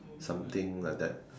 something like that